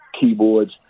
keyboards